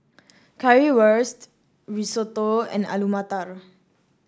Currywurst Risotto and Alu Matar